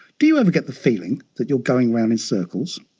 do you ever get the feeling that you are going around in circles?